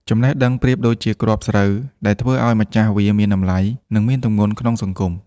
ចំណេះដឹងប្រៀបដូចជាគ្រាប់ស្រូវ ដែលធ្វើឱ្យម្ចាស់វាមានតម្លៃ និងមានទម្ងន់ក្នុងសង្គម។